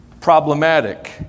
problematic